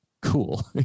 cool